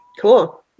cool